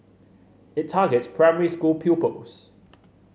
it targets primary school pupils